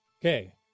Okay